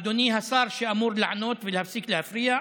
אדוני השר שאמור לענות ולהפסיק להפריע,